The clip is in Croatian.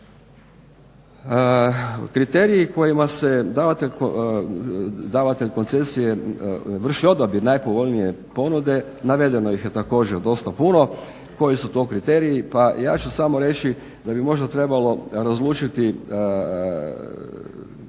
Kriteriji kojima se davatelj koncesije vrši odabir najpovoljnije ponude, navedeno ih je također dosta puno koji su to kriterij, pa ja ću samo reći da bi možda trebalo razlučiti